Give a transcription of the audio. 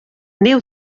neu